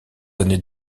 années